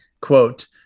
quote